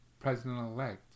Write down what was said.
President-elect